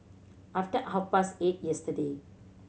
after half past eight yesterday